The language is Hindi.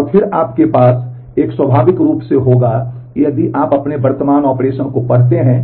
और फिर आपके पास एक स्वाभाविक रूप से होगा यदि आप अपने वर्तमान ऑपरेशन को पढ़ते हैं